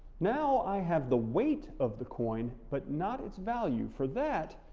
now i have the weight of the coin but not its value. for that,